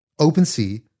OpenSea